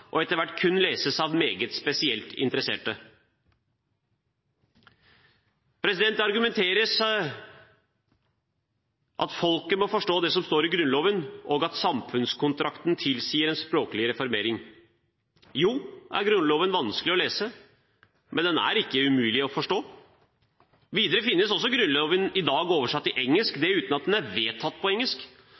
og etter hvert kun leses av de meget spesielt interesserte. Det argumenteres for at folket må forstå det som står i Grunnloven, og at samfunnskontrakten tilsier en språklig reformering. Ja, Grunnloven er vanskelig å lese, men den er ikke umulig å forstå. Videre finnes Grunnloven i dag også oversatt til engelsk, dette uten at den er vedtatt på engelsk.